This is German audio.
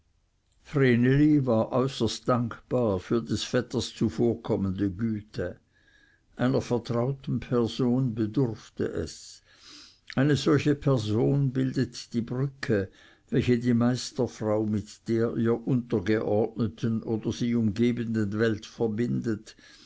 äußerst dankbar für des vetters zuvorkommende güte einer vertrauten person bedurfte es eine solche person bildet die brücke welche die meisterfrau mit der ihr untergeordneten oder sie umgebenden welt verbindet